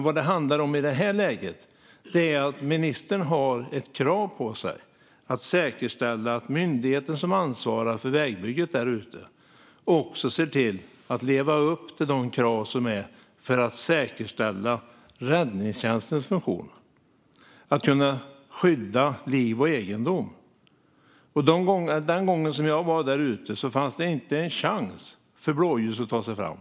Vad det handlar om i det här läget är att ministern har ett krav på sig att säkerställa att myndigheten som ansvarar för vägbygget där ute också ser till att leva upp till de krav som finns för att säkerställa räddningstjänstens funktion, att kunna skydda liv och egendom. Den gången jag var där ute fanns det inte en chans för blåljusfordon att ta sig fram.